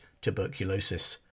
tuberculosis